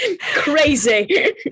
crazy